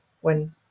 when-